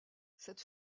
cette